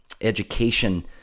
education